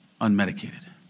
unmedicated